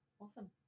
Awesome